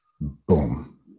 Boom